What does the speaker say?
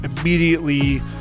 immediately